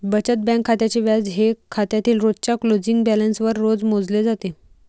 बचत बँक खात्याचे व्याज हे खात्यातील रोजच्या क्लोजिंग बॅलन्सवर रोज मोजले जाते